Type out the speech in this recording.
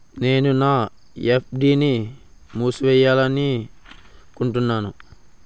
నేను నా ఎఫ్.డి ని మూసివేయాలనుకుంటున్నాను